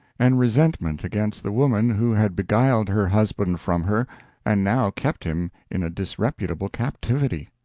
and resentment against the woman who had beguiled her husband from her and now kept him in a disreputable captivity.